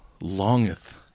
longeth